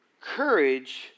courage